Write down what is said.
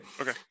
okay